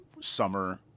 summer